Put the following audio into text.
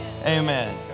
amen